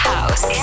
House